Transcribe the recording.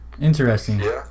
Interesting